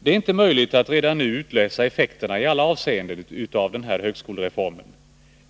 Det är inte möjligt att redan nu utläsa effekterna i alla avseenden av högskolereformen.